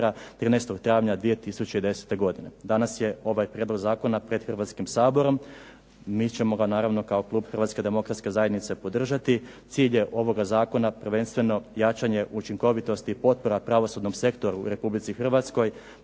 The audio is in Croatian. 13. travnja 2010. godine. Danas je ovaj prijedlog zakona pred Hrvatskim saborom. Mi ćemo ga naravno kao Klub Hrvatske demokratske zajednice podržati. Cilj je ovoga zakona prvenstveno jačanje učinkovitosti i potpora pravosudnom sektoru u Republici Hrvatskoj,